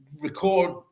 record